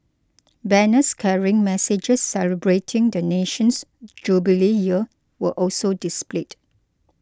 banners carrying messages celebrating the nation's jubilee year were also displayed